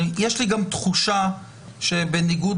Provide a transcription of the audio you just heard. אחד החששות שהועלו,